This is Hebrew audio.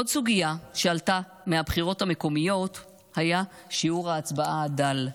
עוד סוגיה שעלתה בבחירות המקומיות הייתה שיעור ההצבעה הדל.